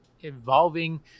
involving